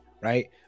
right